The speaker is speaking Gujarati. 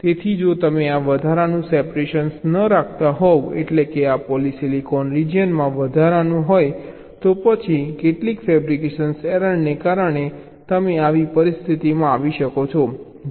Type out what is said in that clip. તેથી જો તમે આ વધારાનું સેપરેશન ન રાખતા હોવ એટલે કે આ પોલિસીલિકોન રીજીયનમાં વધારાનો હોય તો પછી કેટલીક ફેબ્રિકેશન એરરને કારણે તમે આવી પરિસ્થિતિમાં આવી શકો છો